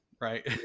right